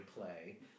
play